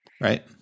Right